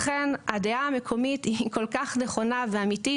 לכן הדעה המקומית היא כל כך נכונה ואמיתית.